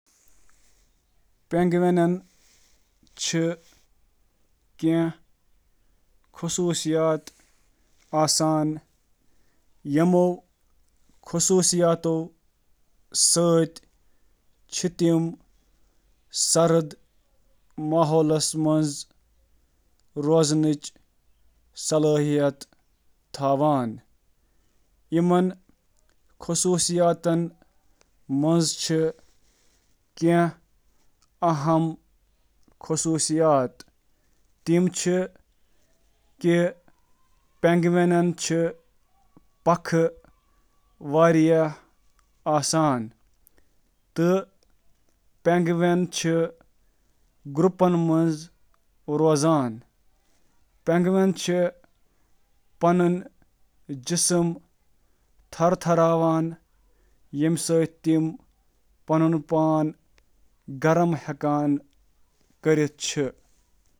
Penguin چُھ مسلس تل بلبرُک اکھ تہہ یا چربی آسان تاکہ تمن گرم تھاونس منز مدد مِلتھ۔